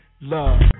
love